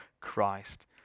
Christ